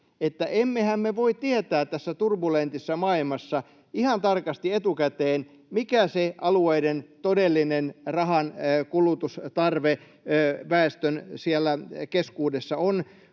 me voi tietää tässä turbulentissa maailmassa ihan tarkasti etukäteen, mikä se alueiden todellinen rahan kulutustarve siellä väestön keskuudessa on.